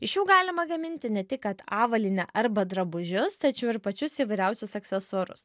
iš jų galima gaminti ne tik kad avalynę arba drabužius tačiau ir pačius įvairiausius aksesuarus